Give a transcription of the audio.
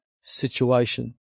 situation